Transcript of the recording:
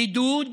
בידוד,